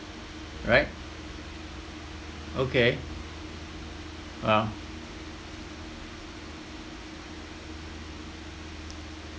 right okay well